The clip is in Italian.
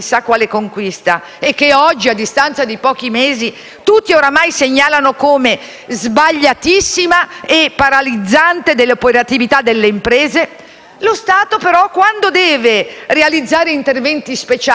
tutti oramai indicano come sbagliatissima e paralizzante dell'operatività delle imprese, quando però deve realizzare interventi speciali, cioè quando si deve comportare da impresa, come